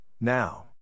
now